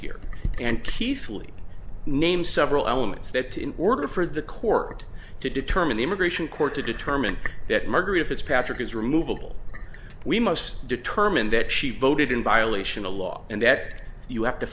here and keathley name several elements that in order for the court to determine the immigration court to determine that murder if it's patrick is removable we must determine that she voted in violation of law and that you have to